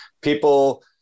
people